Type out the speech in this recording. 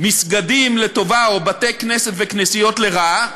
מסגדים לטובה או בתי-כנסת וכנסיות לרעה,